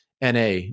NA